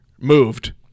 moved